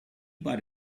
bought